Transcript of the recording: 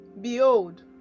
Behold